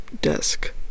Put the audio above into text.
desk